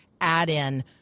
add-in